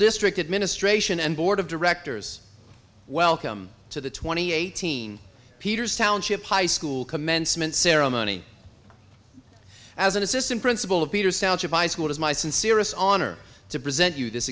district administration and board of directors welcome to the twenty eighteen peters township high school commencement ceremony as an assistant principal of peter south as my son serious honor to present you this